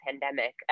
pandemic